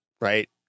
right